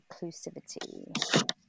inclusivity